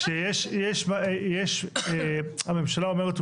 הממשלה אומרת,